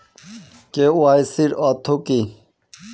KYC অর্থ কি?